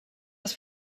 das